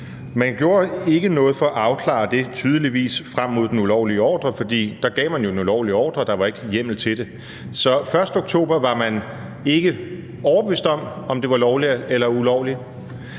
man gjorde ikke noget for at afklare det – tydeligvis – frem mod den ulovlige ordre. For der gav man jo en ulovlig ordre, og der var ikke hjemmel til det. Så den 1. oktober var man ikke overbevist om, om det var lovligt eller ulovligt.